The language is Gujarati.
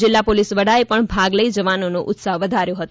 જીલ્લા પોલિસ વડાએ પણ ભાગ લઇ જવાનોનો ઉત્સાહ વધાર્યો હતો